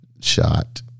shot